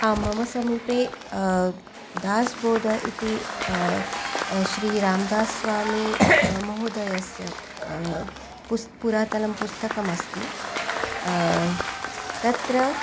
आं मम समीपे दास् बोधः इति श्रीराम् दास्वामी महोदयस्य पुस्तकं पुरातनं पुस्तकमस्ति तत्र